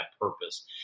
purpose